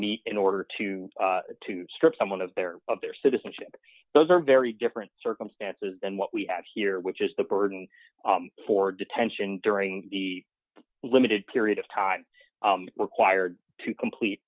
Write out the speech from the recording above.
meet in order to to strip someone of their of their citizenship those are very different circumstances than what we have here which is the burden for detention during the limited period of time required to complete